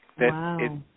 Wow